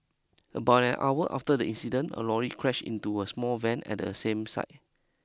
about an hour after the incident a lorry crashed into a small van at the same site